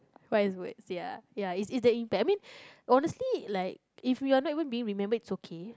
wise words ya ya is is the impact I mean honestly like if we are not even being remembered it's okay